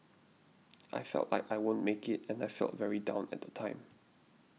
I felt like I won't make it and I felt very down at the time